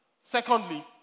Secondly